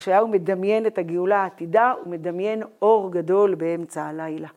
ישעיהו מדמיין את הגאולה העתידה, הוא מדמיין אור גדול באמצע הלילה.